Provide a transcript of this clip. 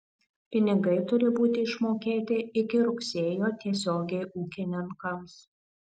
pinigai turi būti išmokėti iki rugsėjo tiesiogiai ūkininkams